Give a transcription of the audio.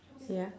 ya